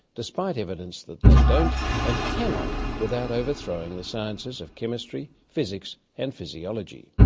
despite evidence that they don't and cannot without overthrowing the sciences of chemistry, physics and physiology.